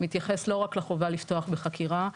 מתייחס לא רק לחובה לפתוח בחקירה,